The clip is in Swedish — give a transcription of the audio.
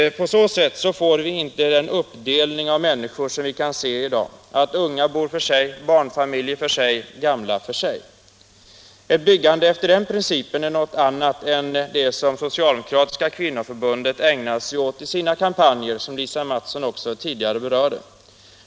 På så sätt får vi inte den uppdelning av människor som vi kan se i dag: unga bor för sig, barnfamiljer för sig och gamla för sig. Ett byggande efter den principen är någonting annat än det som det socialdemokratiska kvinnoförbundet talar om i sina kampanjer och som Lisa Mattson här också tidigare berörde.